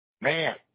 Man